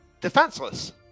defenseless